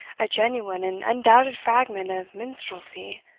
a genuine and undoubted fragment of minstrelsy!